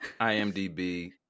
IMDb